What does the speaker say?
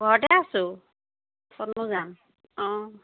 ঘৰতে আছোঁ ক'ত নো যাম অঁ